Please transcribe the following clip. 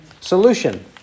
solution